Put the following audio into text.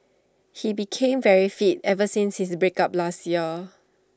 he became very fit ever since his break up last year